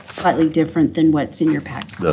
slightly different than what's in your packet.